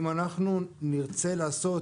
אם אנחנו נרצה לעשות